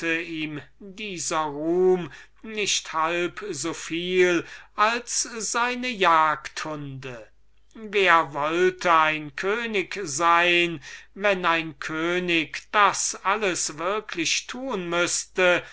dieser ruhm nicht halb soviel als seine jagdhunde wer wollte ein könig sein wenn ein könig das alles würklich tun müßte